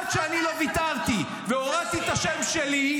-- עד שאני לא ויתרתי והורדתי את השם שלי,